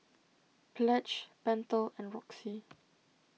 Pledge Pentel and Roxy